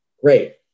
Great